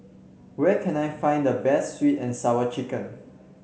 where can I find the best sweet and Sour Chicken